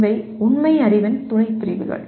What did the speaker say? எனவே இவை உண்மை அறிவின் துணைப்பிரிவுகள்